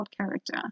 character